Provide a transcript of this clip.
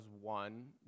one